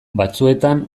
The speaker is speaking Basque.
batzuetan